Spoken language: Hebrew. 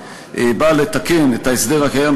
באה לתקן את ההסדר הקיים,